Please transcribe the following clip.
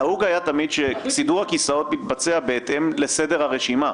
נהוג היה תמיד שסידור הכיסאות יתבצע בהתאם לסדר הרשימה.